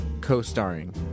co-starring